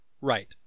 right